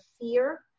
fear